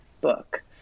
book